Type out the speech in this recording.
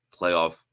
playoff